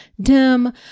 dim